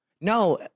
No